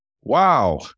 Wow